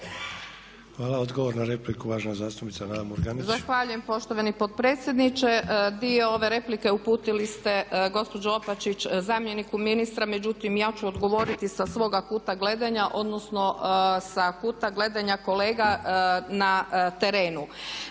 Hvala. Odgovor na repliku uvažena zastupnica Nada Murganić. **Murganić, Nada (HDZ)** Zahvaljujem poštovani potpredsjedniče. Dio ove replike uputili ste gospođo Opačić zamjeniku ministra, međutim ja ću odgovoriti sa svoga kuta gledanja, odnosno sa kuta gledanja kolega na terenu.